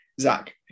Zach